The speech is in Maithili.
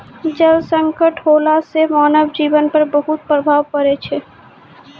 जल संकट होला सें मानव जीवन पर बहुत प्रभाव पड़ै छै